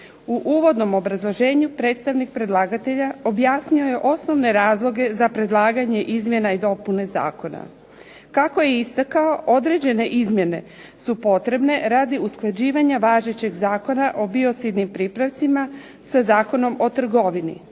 U uvodnom obrazloženju predstavnik predlagatelja objasnio je osnovne razloge za predlaganje izmjena i dopune zakona. Kako je istako određene izmjene su potrebne radi usklađivanja važećeg Zakona o biocidnim pripravcima sa Zakonom o trgovine